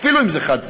אפילו אם זה חד-צדדית,